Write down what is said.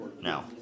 now